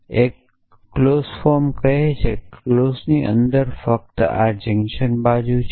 કારણ કે clause form કહે છે કે ક્લોઝની અંદર ફક્ત આ જંકશન બાજુ છે